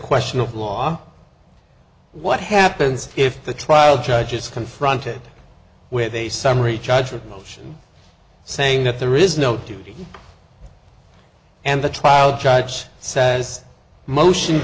question of law what happens if the trial judge is confronted with a summary judgment motion saying that there is no duty and the trial judge says motion